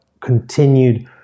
continued